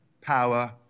power